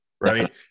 right